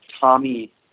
Tommy